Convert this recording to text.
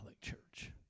church